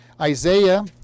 Isaiah